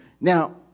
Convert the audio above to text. Now